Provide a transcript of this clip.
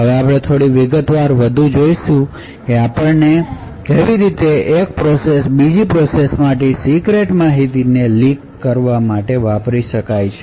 હવે આપણે થોડી વધુ વિગતવાર જોશું અને આપણે જોશું કે કેવી રીતે એક પ્રોસેસ બીજી પ્રોસેસ માંથી સીક્રેટ માહિતીને લીક કરી શકે છે